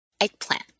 Eggplant